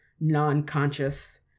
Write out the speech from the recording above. non-conscious